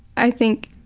i think.